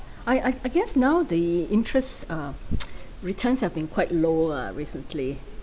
I I guess now the interests uh returns have been quite low ah recently